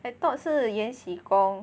I thought 是延禧宫